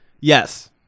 Yes